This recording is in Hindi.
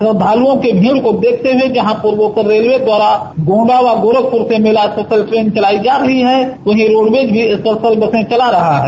श्रद्दालुओं की भीड़ को देखते हुए जहां पूर्वोत्तर रेलवे द्वारा गोंडा व गोरखपुर से मेला स्पेशल ट्रेन चलाई जा रही है वहीं रोडवेज भी स्पेशल बसें चला रहा है